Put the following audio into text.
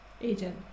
agent